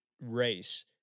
race